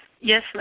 Yes